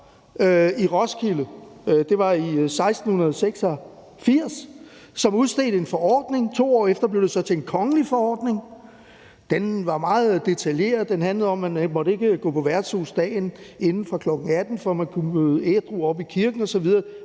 i Roskilde – det var i 1686 – som udstedte en forordning, og to år efter blev det så til en kongelig forordning. Den var meget detaljeret, og den handlede om, at man ikke måtte gå på værtshus dagen inden fra kl. 18, for at man kunne møde ædru op i kirken osv.